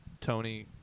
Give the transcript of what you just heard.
tony